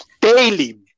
daily